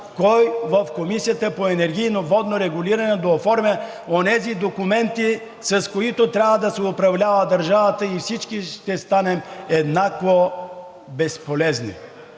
кой в Комисията по енергийно и водно регулиране да оформя онези документи, с които трябва да се управлява държавата, и всички ще станем еднакво безполезни.